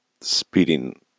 speeding